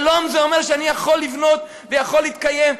שלום זה אומר שאני יכול לבנות ויכול להתקיים,